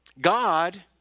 God